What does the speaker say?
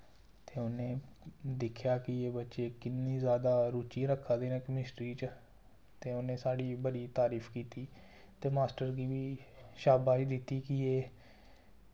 ते उ'नें दिक्खेआ कि एह् बच्चे कि'न्नी जादा रूचि रक्खा दे न केमिस्ट्री च ते उ'नें साढ़ी बड़ी तारीफ कीती ते मास्टर गी बी शाबाशी दित्ती की एह्